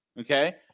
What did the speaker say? okay